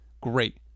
great